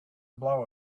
blow